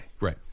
Right